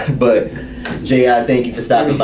but gee, i thank you for starting the bar.